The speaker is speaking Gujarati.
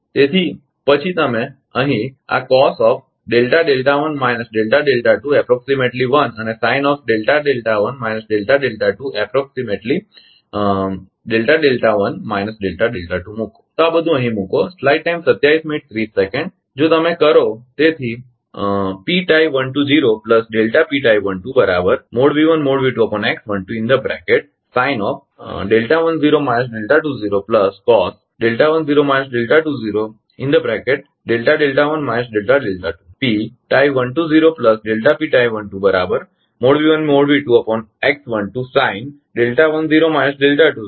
તેથી પછી અહીં તમે આ અને મૂકો તે આ બધું અહીં મૂકો